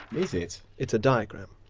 is it? it's a diagram,